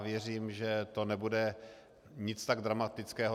Věřím, že to nebude nic tak dramatického.